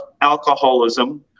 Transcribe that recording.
alcoholism